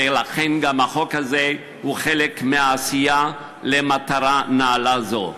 ולכן גם החוק הזה הוא חלק מהעשייה למטרה נעלה זו.